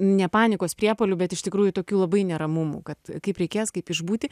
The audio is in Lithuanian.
ne panikos priepuolių bet iš tikrųjų tokių labai neramumų kad kaip reikės kaip išbūti